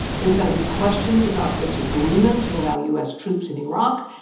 there's going to be questions about this agreement to allow u s. troops in iraq.